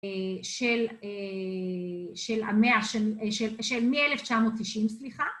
של המאה, של, מ-1990, סליחה.